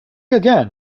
again